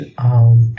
out